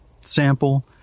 sample